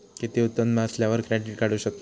किती उत्पन्न असल्यावर क्रेडीट काढू शकतव?